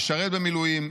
משרת במילואים,